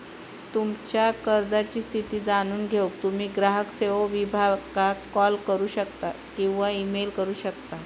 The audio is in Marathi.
तुमच्यो कर्जाची स्थिती जाणून घेऊक तुम्ही ग्राहक सेवो विभागाक कॉल करू शकता किंवा ईमेल करू शकता